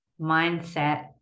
mindset